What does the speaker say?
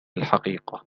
الحقيقة